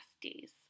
days